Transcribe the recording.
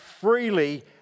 freely